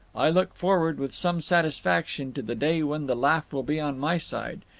i look forward, with some satisfaction, to the day when the laugh will be on my side.